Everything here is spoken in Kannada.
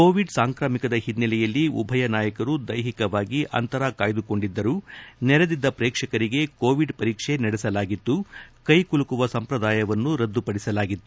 ಕೋವಿಡ್ ಸಾಂಕ್ರಾಮಿಕದ ಹಿನ್ನೆಲೆಯಲ್ಲಿ ಉಭಯ ನಾಯಕರು ದ್ವೆಹಿಕವಾಗಿ ಅಂತರ ಕಾಯ್ಲುಕೊಂಡಿದ್ದರು ನೆರೆದಿದ್ದ ಪ್ರೇಕ್ಷಕರಿಗೆ ಕೋವಿಡ್ ಪರೀಕ್ಷೆ ನಡೆಸಲಾಗಿತ್ತು ಕ್ಲೆಕುಲುಕುವ ಸಂಪ್ರದಾಯವನ್ನು ರದ್ದುಪಡಿಸಲಾಗಿತ್ತು